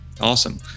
awesome